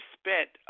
spent